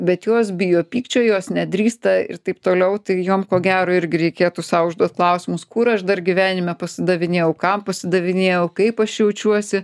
bet jos bijo pykčio jos nedrįsta ir taip toliau tai jom ko gero irgi reikėtų sau užduot klausimus kur aš dar gyvenime pasidavinėjau kam pasidavinėjau kaip aš jaučiuosi